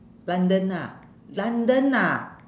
london ah london ah